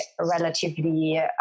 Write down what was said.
relatively